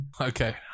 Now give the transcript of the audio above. Okay